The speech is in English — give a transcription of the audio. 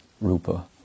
Rupa